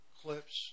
clips